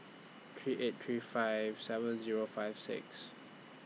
three eight three five seven Zero five six